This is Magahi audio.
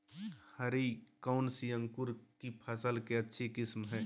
हरी कौन सी अंकुर की फसल के अच्छी किस्म है?